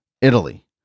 Italy